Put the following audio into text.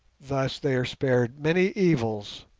thus they are spared many evils,